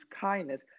kindness